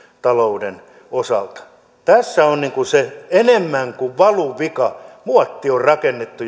talouden osalta tässä on enemmän kuin valuvika muotti on rakennettu